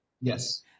Yes